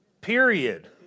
period